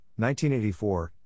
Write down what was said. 1984